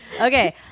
okay